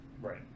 Right